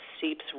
seeps